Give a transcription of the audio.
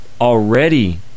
already